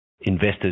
investors